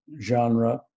genre